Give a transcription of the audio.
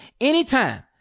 anytime